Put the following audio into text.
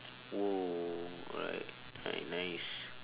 oh right alright nice